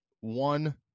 one